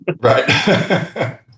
Right